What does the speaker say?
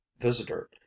visitor